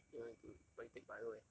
you're not into but you take bio eh